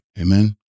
Amen